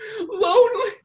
Lonely